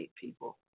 people